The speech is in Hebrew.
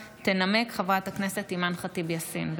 להצעת החוק הזו הוצמדה הצעת חוק של חברי הכנסת אימאן ח'טיב יאסין,